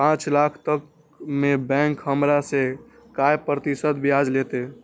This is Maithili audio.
पाँच लाख तक में बैंक हमरा से काय प्रतिशत ब्याज लेते?